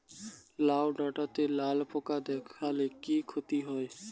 লাউ ডাটাতে লালা পোকা দেখালে কি ক্ষতি হয়?